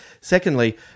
Secondly